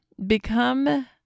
become